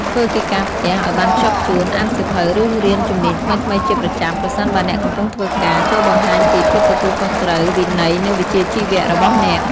ធ្វើកិច្ចការផ្ទះឱ្យបានខ្ជាប់ខ្ជួន អានសៀវភៅ ឬរៀនជំនាញថ្មីៗជាប្រចាំប្រសិនបើអ្នកកំពុងធ្វើការ ចូរបង្ហាញពី ភាពទទួលខុសត្រូវ វិន័យ និងវិជ្ជាជីវៈ របស់អ្នក ។